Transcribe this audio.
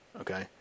Okay